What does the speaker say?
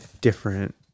different